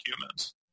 humans